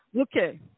okay